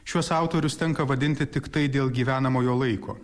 šiuos autorius tenka vadinti tiktai dėl gyvenamojo laiko